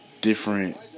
different